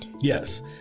Yes